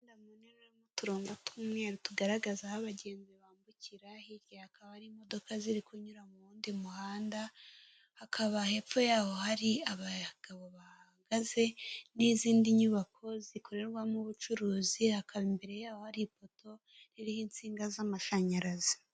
umuhanda munini urimo uturongo tw'umweru, tugaragaza aho abagenzi bambukira hirya hakaba hari imodoka ziri kunyura mu wundi muhanda, hakaba hepfo ya ho hari abagabo bahagaze n'izindi nyubako zikorerwamo ubucuruzi, hakaba imbere ya ho hari ifoto ririho insinga z'amashanyarazi.